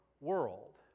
world